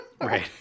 Right